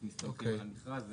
אז מסתמכים על המכרז.